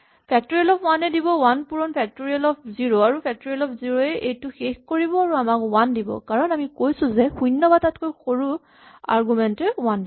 factorial of one এ দিব one পূৰণ ফেক্টৰিয়েল অফ জিৰ' আৰু ফেক্টৰিয়েল অফ জিৰ' য়ে এইটো শেষ কৰিব আৰু আমাক ৱান দিব কাৰণ আমি কৈছো যে শূণ্য বা তাতকৈ সৰু আৰগুমেন্ট এ ৱান দিব